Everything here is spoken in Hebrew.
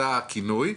זה הכינוי,